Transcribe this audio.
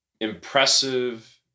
impressive